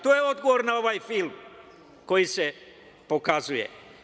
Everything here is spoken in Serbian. To je odgovor na ovaj film koji se pokazuje.